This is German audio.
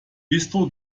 bistro